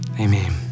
Amen